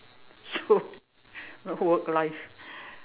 so no work life